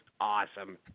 awesome